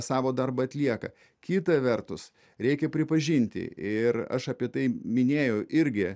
savo darbą atlieka kita vertus reikia pripažinti ir aš apie tai minėjau irgi